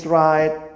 right